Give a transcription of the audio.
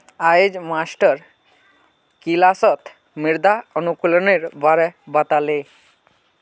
अयेज मास्टर किलासत मृदा अनुकूलेर बारे बता ले